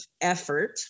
effort